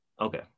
okay